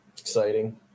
exciting